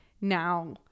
now